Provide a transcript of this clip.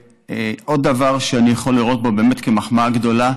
ועוד דבר שאני יכול לראות בו באמת מחמאה גדולה,